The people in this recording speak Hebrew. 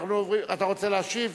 ואנחנו עוברים, אתה רוצה להשיב?